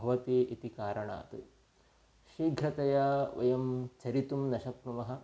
भवति इति कारणात् शीघ्रतया वयं चरितुं न शक्नुमः